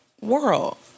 world